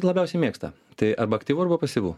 labiausiai mėgsta tai arba aktyvu arba pasyvu